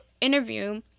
interview